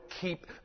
keep